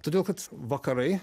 todėl kad vakarai